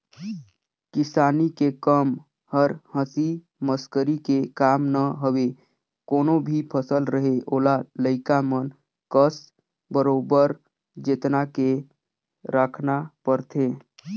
किसानी के कम हर हंसी मसकरी के काम न हवे कोनो भी फसल रहें ओला लइका मन कस बरोबर जेतना के राखना परथे